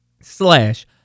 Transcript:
slash